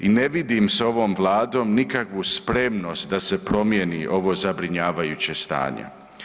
I ne vidim s ovom vladom nikakvu spremnost da se promijeni ovo zabrinjavajuće stanje.